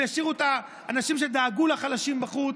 והשאירו את האנשים שדאגו לחלשים בחוץ.